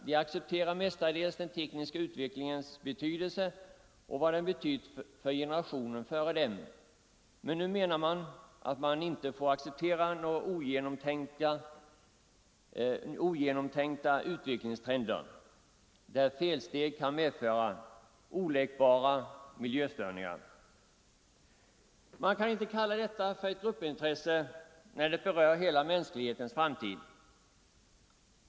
De accepterar mestadels den tekniska utvecklingen och inser vad den betytt för ge Nr 116 nerationen före dem. Men nu menar de att man inte får acceptera några Torsdagen den ogenomtänkta trender, där felsteg kan medföra oläkbara miljöstörningar. 7 november 1974 Man kan inte kalla detta ett gruppintresse — det berör hela mänsklighetens framtid.